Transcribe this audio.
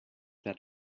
that